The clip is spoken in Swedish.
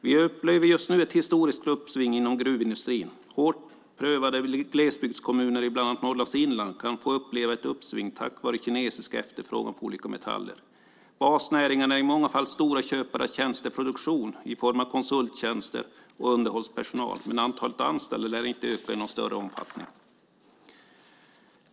Vi upplever just nu ett historiskt uppsving inom gruvindustrin. Hårt prövade glesbygdskommuner i bland annat Norrlands inland kan få uppleva ett uppsving tack vare kinesisk efterfrågan på olika metaller. Basnäringarna är i många fall stora köpare av tjänsteproduktion i form av konsulttjänster och underhållspersonal, men antalet anställda lär inte öka i någon större omfattning.